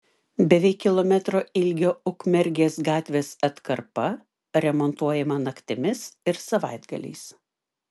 beveik kilometro ilgio ukmergės gatvės atkarpa remontuojama naktimis ir savaitgaliais